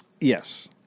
Yes